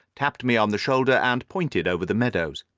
tapped me on the shoulder, and pointed over the meadows.